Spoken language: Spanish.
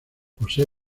posee